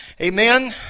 Amen